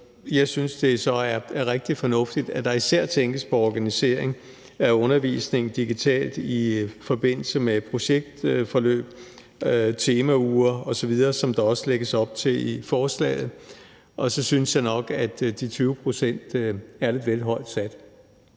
Jeg synes så, det er rigtig fornuftigt, at der især tænkes på organisering af undervisningen digitalt i forbindelse med projektforløb, temauger osv., sådan som der også lægges op til i forslaget. Og så synes jeg nok, at de 20 pct. er lidt vel højt sat.